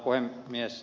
arvoisa puhemies